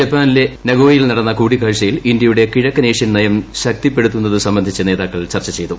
ജപ്പാനിലെ നഗോയയിൽ നടന്ന കൂടിക്കാഴ്ചയിൽ ഇന്ത്യയുടെ കിഴക്കൻ ഏഷ്യൻ നയംശക്തിപ്പെടുത്തുന്നത് സംബന്ധിച്ച് നേതാക്കൾ ചർച്ച ചെയ്തു